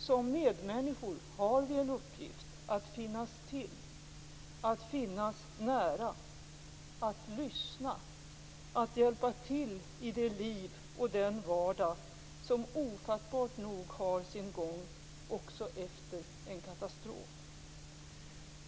Som medmänniskor har vi en uppgift att finnas till, att finnas nära, att lyssna, att hjälpa till i det liv och den vardag som ofattbart nog har sin gång, också efter en katastrof.